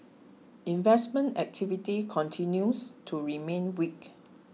investment activity continues to remain weak